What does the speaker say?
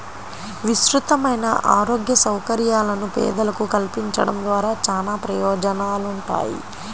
విస్తృతమైన ఆరోగ్య సౌకర్యాలను పేదలకు కల్పించడం ద్వారా చానా ప్రయోజనాలుంటాయి